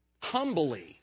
humbly